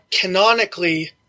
canonically